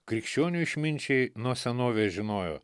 krikščionių išminčiai nuo senovės žinojo